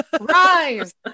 rise